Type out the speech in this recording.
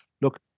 look